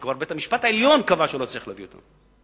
שכבר בית-המשפט העליון קבע שלא צריך להביא אותם.